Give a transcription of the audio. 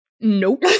Nope